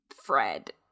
Fred